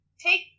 take